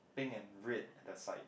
pink and red at the side